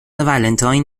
ولنتاین